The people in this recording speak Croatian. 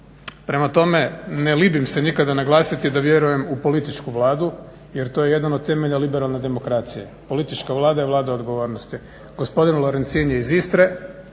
Prema tome, ne libim se nikada naglasiti da vjerujem u političku Vladu jer to je jedan od temelja liberalne demokracije, politička Vlada je Vlada odgovornosti. Gospodin Lorencin je iz Istre,